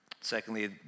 Secondly